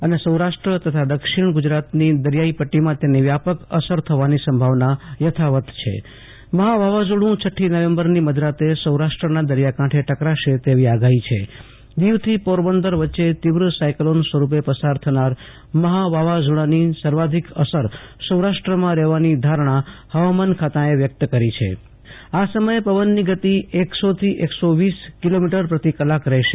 અને સૌરાષ્ટ્ર તથા દક્ષિણ ગુજરાતની દરિયાઈ પદ્દીમાં તેની વ્યાપક અસર થવાની સંભાવના યથાવત છે મફા વાવાઝોડું છઠ્ઠી નવેમ્બરની મધરાતે સૌરાષ્ટ્રનાં દરિયા કાંઠે ટકરાશે તેવી આગાફી છે દીવ થી પોરબંદર વચે તીવ્ર સાયકલોન સ્વરૂપે પસાર થનાર મફા વાવાઝોડાની સવાર્ધિક અસર સૌરાષ્ટ્રમાં રફેવાની ધારણા ફવામાન ખાતાએ વ્યકત કરી છે આ સમયે પવનની ગતિ એકસો થી એકસો વીસ કિલોમીટર પ્રતિકલાક રહેશે